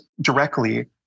directly